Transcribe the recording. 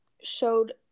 showed